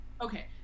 Okay